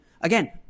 again